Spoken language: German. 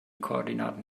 koordinaten